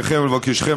אם כן,